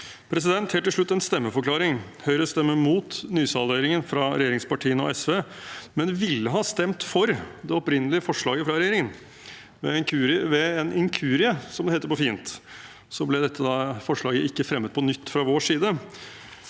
til dette. Helt til slutt en stemmeforklaring: Høyre stemmer mot nysalderingen fra regjeringspartiene og SV, men vi ville ha stemt for det opprinnelige forslaget fra regjeringen. Ved en inkurie, som det heter på fint, ble dette forslaget ikke fremmet på nytt fra vår side.